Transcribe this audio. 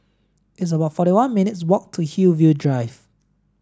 it's about forty one minutes' walk to Hillview Drive